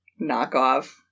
knockoff